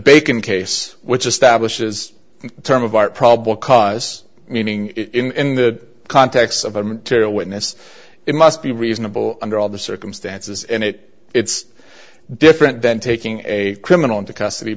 the term of art probable cause meaning in the context of a material witness it must be reasonable under all the circumstances and it it's different than taking a criminal into custody